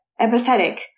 empathetic